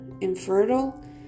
infertile